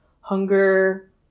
hunger